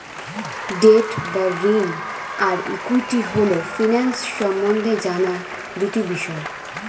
date বা ঋণ আর ইক্যুইটি হল ফিন্যান্স সম্বন্ধে জানার দুটি বিষয়